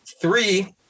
three